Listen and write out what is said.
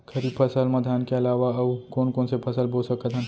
खरीफ फसल मा धान के अलावा अऊ कोन कोन से फसल बो सकत हन?